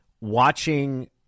watching